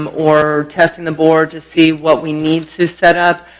um or testing the board to see what we need to set up,